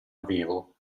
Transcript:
avevo